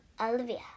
Olivia